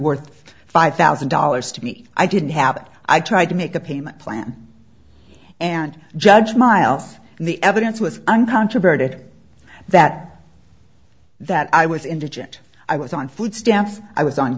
worth five thousand dollars to me if i didn't have it i tried to make a payment plan and judge miles and the evidence was uncontroverted that that i was indigent i was on food stamps i was on